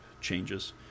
changes